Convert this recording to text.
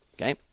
Okay